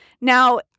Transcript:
Now